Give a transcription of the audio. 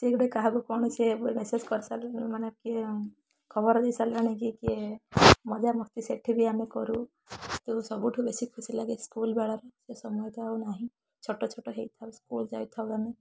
ସିଏ ଗୋଟେ କାହାକୁ କ'ଣ ସେ କରି ସାରିଲଣ ମାନେ କିଏ ଖବର ଦେଇ ସାରିଲାଣି କି କିଏ ମଜା ମସ୍ତି ସେଇଠି ବି ଆମେ କରୁ ତେଣୁ ସବୁଠୁ ବେଶୀ ଖୁସି ଲାଗେ ସ୍କୁଲ ବେଳରେ ସେ ସମୟ ତ ଆଉ ନାହିଁ ଛୋଟ ଛୋଟ ହେଇଥାଉ ସ୍କୁଲ ଯାଇଥାଉ ଆମେ